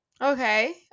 Okay